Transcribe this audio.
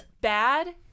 bad